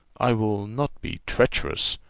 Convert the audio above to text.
i will not be treacherous.